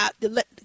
let